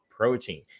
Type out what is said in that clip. protein